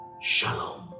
shalom